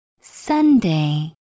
Sunday